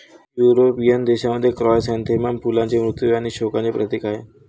European देशांमध्ये, chrysanthemum फुले मृत्यू आणि शोकांचे प्रतीक आहेत